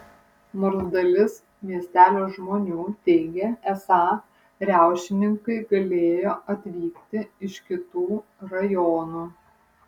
nors dalis miestelio žmonių teigė esą riaušininkai galėjo atvykti iš kitų rajonų